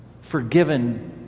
forgiven